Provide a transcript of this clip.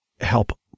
help